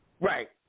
right